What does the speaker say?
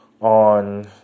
on